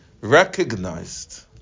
recognized